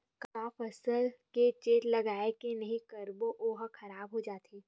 का फसल के चेत लगय के नहीं करबे ओहा खराब हो जाथे?